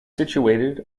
situated